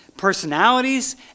personalities